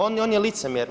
On je licemjer.